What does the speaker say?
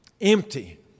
empty